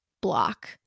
block